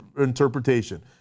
interpretation